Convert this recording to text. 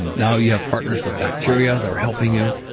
now you have partners with bacteria that are helping you,